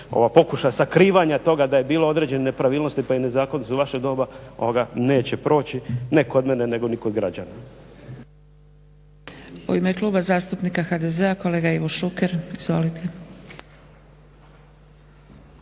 ovaj pokušaj sakrivanja toga da je bilo određenih nepravilnosti pa i nezakonitosti u vaše dobro neće proći, ne kod mene nego ni kod građana.